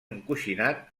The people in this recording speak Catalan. encoixinat